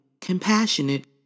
compassionate